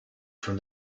from